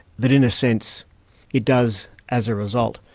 but in a sense it does, as a result,